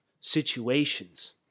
situations